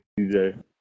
DJ